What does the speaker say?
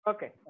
Okay